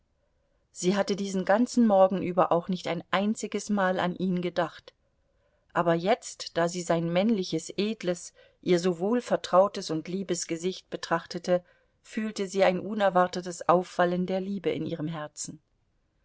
sie hatte diesen ganzen morgen über auch nicht ein einziges mal an ihn gedacht aber jetzt da sie sein männliches edles ihr so wohlvertrautes und liebes gesicht betrachtete fühlte sie ein unerwartetes aufwallen der liebe in ihrem herzen